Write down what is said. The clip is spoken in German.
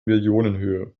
millionenhöhe